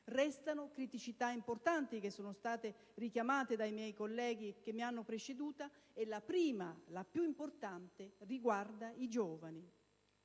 Restano criticità importanti, che sono state richiamate dai colleghi che mi hanno preceduto. La prima e più importante riguarda i giovani,